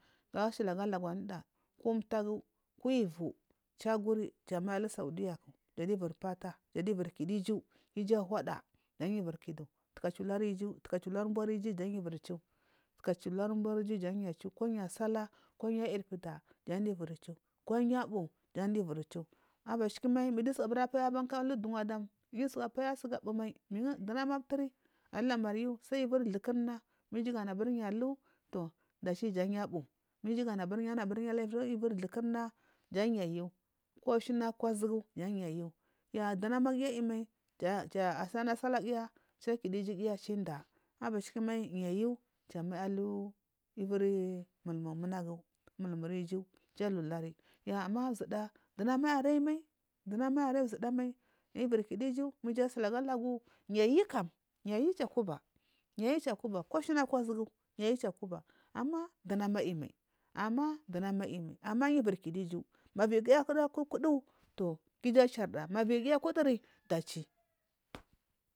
Janashiligalagu anuda ko umtagu kolvu chaguri kiyu amaiahu saudiya jadidiyu hari pula gagiyu ivirkidu iju jangiyu iviri kichi iju kuja ulari umbori iju gan giyu iviri pata kaji ulari umbori iju ganyu afata koyu sallah koyu ayir pida jan giya iviri chu ko yabu changiyu ivin chu abashikumal mingiyu abura paya ban aluduma dam magiyu suka paya gabumai mingu dunama aturi alulaumaryu sai thukuma ma iju ganu aburi ya abu toh jan yu abu ma iju ganu aburi yu alibirithukuma jan yayu koshna kozugu janyayu ma dunama giya ayimal cha salana salaya giya ki kidu iju giya kida abashikumai yayu cha mallu mulimu munagu mulmuri iju ki kidu iju giya kida abashikumai yayu cha machi mulimu munagu mulmuri iju kila ulari ama zuda dunama aiyi araimai dunama aiyi aralma zudamai yu iviri kidu iju shili agalagul niyu kam niyu kikuba niyu kikuba koshna kojufu niyu ki kuba ama dunama aiyimai ama dunama ayimal amayu iviri kidu iju mavivigiya kuda kudu toh ku iju acharda toh maviyi giya kuduri dachi.